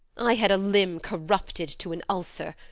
i had a limb corrupted to an ulcer,